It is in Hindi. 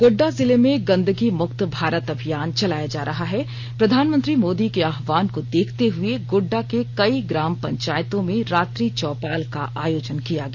गोड्डा जिले में गंदगी मुक्त भारत अभियान चलाया जा रहा है प्रधानमंत्री मोदी के आवाहन को देखते हए गोड्डा के कई ग्राम पंचायतों में रात्रि चौपाल का आयोजन किया गया